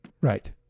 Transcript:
Right